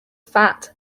fat